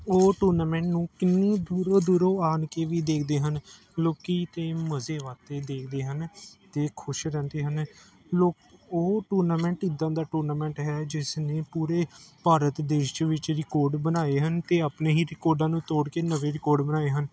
ਉਹ ਟੂਰਨਾਮੈਂਟ ਨੂੰ ਕਿੰਨੀ ਦੂਰੋਂ ਦੂਰੋਂ ਆਣ ਕੇ ਵੀ ਦੇਖਦੇ ਹਨ ਲੋਕ ਤਾਂ ਮਜ਼ੇ ਵਾਸਤੇ ਦੇਖਦੇ ਹਨ ਅਤੇ ਖੁਸ਼ ਰਹਿੰਦੇ ਹਨ ਲੋਕ ਉਹ ਟੂਰਨਾਮੈਂਟ ਇੱਦਾਂ ਦਾ ਟੂਰਨਾਮੈਂਟ ਹੈ ਜਿਸ ਨੇ ਪੂਰੇ ਭਾਰਤ ਦੇਸ਼ ਵਿਚ ਰਿਕਾਰਡ ਬਣਾਏ ਹਨ ਅਤੇ ਆਪਣੇ ਹੀ ਰਿਕਾਰਡਾਂ ਨੂੰ ਤੋੜ ਕੇ ਨਵੇਂ ਰਿਕਾਰਡ ਬਣਾਏ ਹਨ